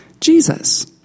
Jesus